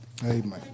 Amen